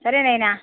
సరే నాయినా